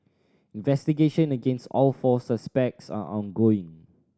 investigation against all four suspects are ongoing